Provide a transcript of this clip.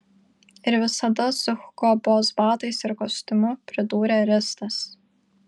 ir visada su hugo boss batais ir kostiumu pridūrė ristas